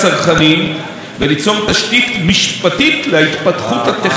וליצור תשתית משפטית להתפתחות הטכנולוגית.